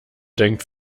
denkt